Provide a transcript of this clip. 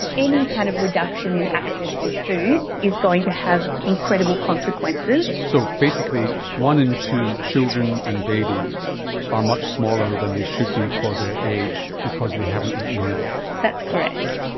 any kind of reduction in access to food is going to have incredible consequences. so basically one in two children and babies are much smaller than they should be for their age because they haven't eaten enough. that's correct.